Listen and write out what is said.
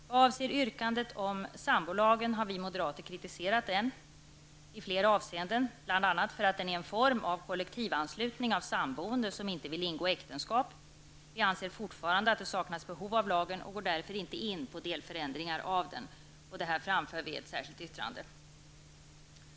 Vad avser yrkandet om sambolagen har vi moderater kritiserat den i flera avseenden bl.a. därför att den är en form av kollektivanslutning av samboende som inte vill ingå äktenskap. Vi anser fortfarande att det saknas behov av lagen och går därför inte in på delförändringar av den. Detta framför vi i ett särskilt yttrande.